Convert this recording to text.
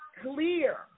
clear